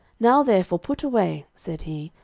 now therefore put away, said he,